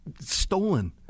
stolen